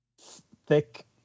thick